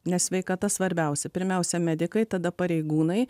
nes sveikata svarbiausia pirmiausia medikai tada pareigūnai